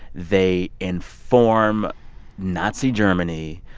they inform nazi germany.